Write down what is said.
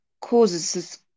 causes